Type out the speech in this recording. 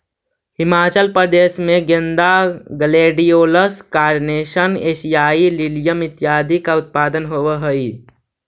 हिमाचल प्रदेश में गेंदा, gladiolus, carnation, एशियाई लिलियम इत्यादि का उत्पादन होवअ हई